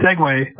segue